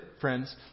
friends